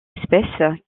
espèces